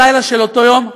בלילה של אותו יום,